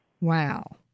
Wow